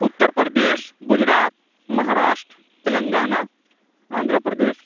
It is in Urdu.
اُتر پردیش گُجرات مہاراشٹرا تلنگانہ آندھرا پردیش